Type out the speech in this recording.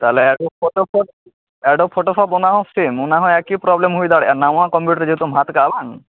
ᱛᱟᱦᱚᱞᱮ Adobe Photoshop Adobe Photoshop ᱚᱱᱟ ᱦᱚᱸ ᱥᱮᱢ ᱚᱱᱟ ᱦᱚᱸ ᱮᱠᱤ ᱯᱚᱨᱚᱵᱞᱮᱢ ᱦᱩᱭ ᱫᱟᱲᱮᱭᱟᱜᱼᱟ ᱱᱟᱣᱟ ᱠᱚᱢᱯᱤᱭᱩᱴᱟᱨ ᱡᱮᱦᱮᱛᱩᱢ ᱦᱟᱛ ᱟᱠᱟᱜ ᱵᱟᱝ